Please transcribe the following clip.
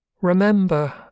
Remember